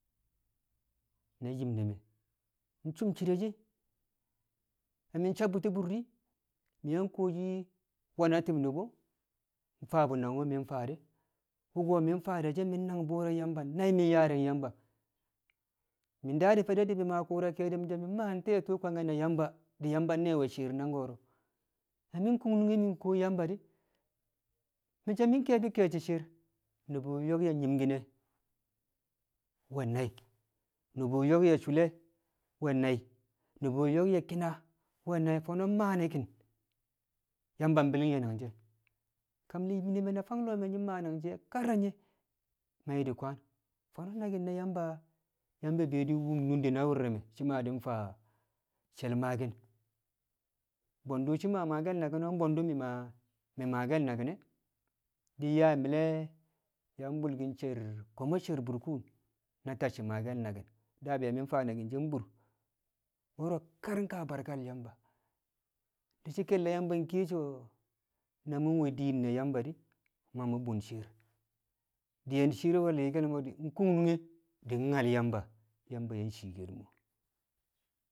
na nyim ne̱ me̱ cum cire̱ she̱ na mi̱ sabbu̱ti̱ bur di̱ mi̱ yang kuwoshi nwe̱na ti̱b nu̱bu̱ mfaa bu̱ nangwu̱ mi̱ faa de̱ wuko mi̱ faa de̱ she̱ mi̱ nangbu̱u̱r re̱ Yamba na mi̱ yaari̱ng Yamba, mi̱ daa di̱ fe̱de̱ di̱ mi̱ maa ku̱u̱ra ke̱e̱di̱ mi̱ so̱ me̱ mmaa te̱e̱ tu̱u̱ kwange̱ na Yamba di̱ Yamba nne̱e̱ we̱ shi̱i̱r nang ko̱ro̱ mi̱ kun nunge mi̱ kuwo Yamba di̱, mi̱ so̱ mi̱ ke̱e̱bi̱ ke̱e̱shi̱ shi̱i̱r nu̱bu̱ yo̱k ye̱ nyi̱mki̱n nwe̱ nai̱ nu̱bu̱ yo̱k yẹ sule we̱ nai̱, nu̱bu̱ yo̱k ye̱ ki̱na nwe̱ nai̱ fo̱no̱ maa ne̱ ki̱n Yamba bi̱li̱ng ye̱ nangshi̱ e̱?. Kam ne̱ yim ne̱ me̱ na fang lo̱o̱ nyi̱ mmaa kar nye̱ ma nyi̱ kwaan fo̱no̱ naki̱n ne̱ Yamba, Yamba be̱ wum nunde̱ na wu̱r re̱ me̱ shi̱ ma di̱ mfaa she̱l maaki̱n, bwe̱ndu̱ shi̱ ma maake̱l naki̱n bwe̱ndu̱ mi̱ mmaake̱l naki̱n e̱ di̱ yaa mi̱le̱ yang bulkin she̱r, koomo she̱r burkuun na tacci̱ maake̱l naki̱n daa be̱ mi̱ faa naki̱n she̱ bur wo̱ro̱ kar ka barkal Yamba di̱ shi̱ ke̱lle̱ Yamba kiye so̱ na we̱ diin na Yamba di̱ ma mu̱ bun shi̱i̱r diye̱ shi̱i̱r nwe̱ li̱i̱ke̱l mo̱ di̱ kung nunge di̱ nyal Yamba, Yamba yang ciikel mo̱